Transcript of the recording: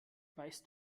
weißt